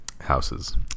houses